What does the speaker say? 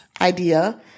idea